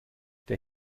der